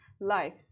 life